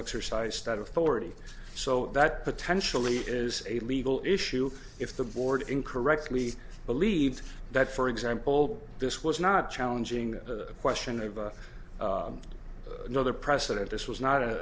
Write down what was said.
exercise that authority so that potentially is a legal issue if the board in correctly believed that for example this was not challenging the question of another precedent this was not